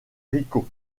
rico